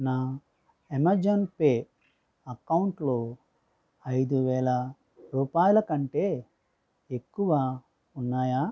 నా Amazon pay అకౌంటులో ఐదు వేల రూపాయల కంటే ఎక్కువ ఉన్నాయా